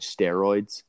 steroids